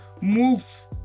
move